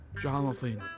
Jonathan